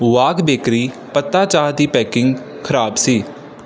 ਵਾਘ ਬੇਕਰੀ ਪੱਤਾ ਚਾਹ ਦੀ ਪੈਕਿੰਗ ਖ਼ਰਾਬ ਸੀ